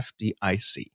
FDIC